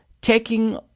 taking